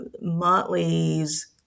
Motley's